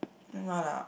never mind lah